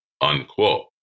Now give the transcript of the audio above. Unquote